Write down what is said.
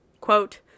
quote